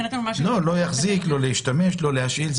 לא להחזיק, לא להשתמש, לא להשאיל.